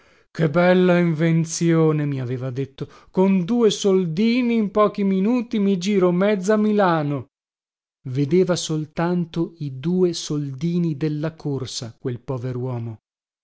che bella invenzione mi aveva detto con due soldini in pochi minuti mi giro mezza milano vedeva soltanto i due soldini della corsa quel poveruomo